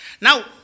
Now